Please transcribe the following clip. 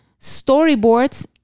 storyboards